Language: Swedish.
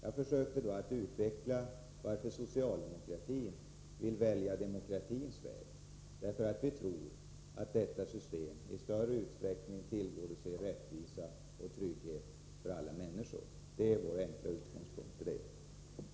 Jag försökte att utveckla varför socialdemokratin vill välja demokratins väg. Vi tror att detta system i större utsträckning tillgodoser kraven på rättvisa och trygghet för alla människor. Detta är vår enkla utgångspunkt. Det var den ena kommentaren.